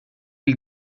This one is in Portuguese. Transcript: ele